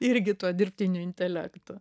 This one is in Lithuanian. irgi tuo dirbtiniu intelektu